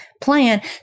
plan